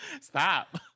Stop